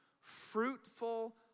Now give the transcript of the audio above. fruitful